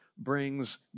Brings